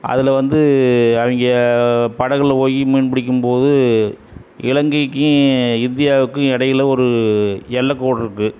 அதில் வந்து அவங்க படகில் போய் மீன் பிடிக்கும் போது இலங்கைக்கும் இந்தியாவுக்கும் இடையில ஒரு எல்லைக்கோடு இருக்குது